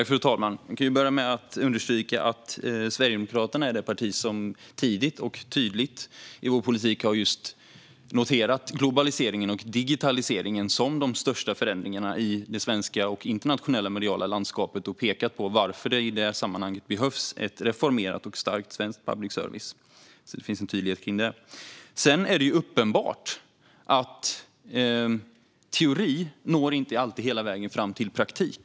Fru talman! Jag kan börja med att understryka att Sverigedemokraterna är det parti som tidigt och tydligt i sin politik har noterat globaliseringen och digitaliseringen som de största förändringarna i det svenska och internationella mediala landskapet och pekat på varför det i det sammanhanget behövs en reformerad och stark svensk public service. Det finns en tydlighet kring det. Sedan är det uppenbart att teori inte alltid når hela vägen fram till praktik.